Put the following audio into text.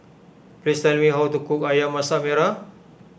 please tell me how to cook Ayam Masak Merah